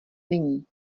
není